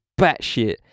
batshit